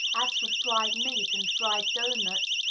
as for fried meat, and fried doughnuts,